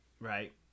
right